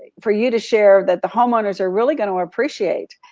for you to share, that the homeowners are really gonna appreciate,